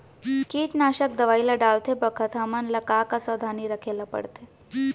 कीटनाशक दवई ल डालते बखत हमन ल का का सावधानी रखें ल पड़थे?